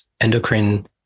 endocrine